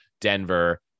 Denver